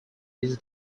this